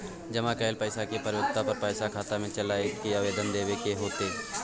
जमा कैल पैसा के परिपक्वता पर पैसा खाता में चल अयतै की आवेदन देबे के होतै?